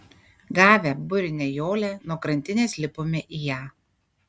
gavę burinę jolę nuo krantinės lipome į ją